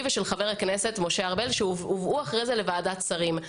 ושל חבר הכנסת משה ארבל שהובאו אחר כך לוועדת שרים.